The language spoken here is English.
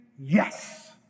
yes